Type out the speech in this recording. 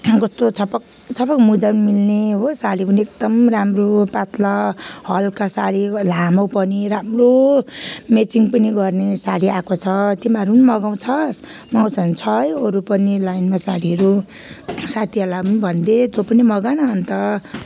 कस्तो छपक छपक मुजा पनि मिल्ने हो साडी पनि एकदम राम्रो पातला हल्का साडी लामो पनि राम्रो म्याचिङ पनि गर्ने साडी आएको छ तिमीहरू नि मगाउँछस् मगाउँछ भने छ है अरू पनि लाइनमा साडीहरू साथीहरूलाई भन्दे तँ पनि मगाउ न अन्त